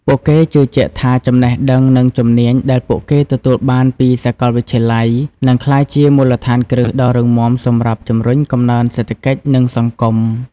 ពួកគេជឿជាក់ថា ចំណេះដឹង និងជំនាញដែលពួកគេទទួលបានពីសាកលវិទ្យាល័យ នឹងក្លាយជាមូលដ្ឋានគ្រឹះដ៏រឹងមាំសម្រាប់ជំរុញកំណើនសេដ្ឋកិច្ច និងសង្គម។